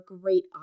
great